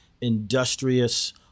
Industrious